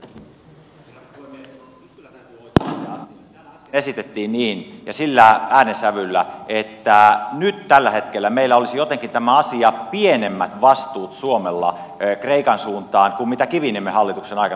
nyt kyllä täytyy oikaista se asia kun täällä esitettiin niin ja sillä äänensävyllä että nyt tällä hetkellä meillä olisi jotenkin pienemmät vastuut suomella kreikan suuntaan kuin kiviniemen hallituksen aikana